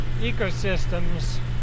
ecosystems